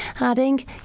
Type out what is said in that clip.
adding